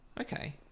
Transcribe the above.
okay